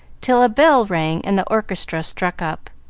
till a bell rang and the orchestra struck up.